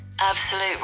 Absolute